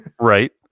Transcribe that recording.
Right